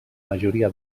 majoria